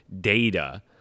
data